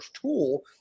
tool